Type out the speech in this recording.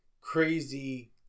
crazy